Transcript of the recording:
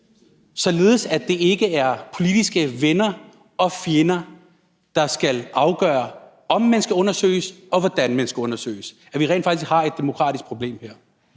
således at det ikke er politiske venner og fjender, der skal afgøre, om man skal undersøges, og hvordan man skal undersøges – altså, at vi rent faktisk har et demokratisk problem her.